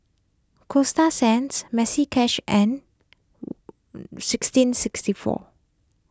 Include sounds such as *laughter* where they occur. Coasta Sands Maxi Cash and *noise* sixteen sixty four